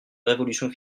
révolution